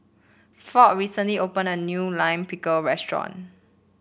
Ford recently opened a new Lime Pickle restaurant